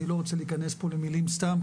אני לא רוצה להיכנס פה למלים סתם,